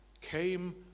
came